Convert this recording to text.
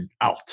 out